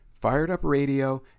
firedupradio